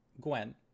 Gwen